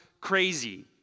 crazy